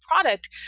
product